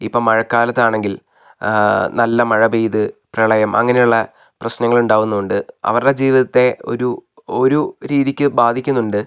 ഇപ്പം മഴക്കാലത്താണെങ്കിൽ നല്ല മഴ പെയ്ത് പ്രളയം അങ്ങനെ ഉള്ള പ്രശ്നങ്ങൾ ഉണ്ടാകുന്നുണ്ട് അവരുടെ ജീവിതത്തെ ഒരു ഒരു രീതിക്ക് ബാധിക്കുന്നുണ്ട്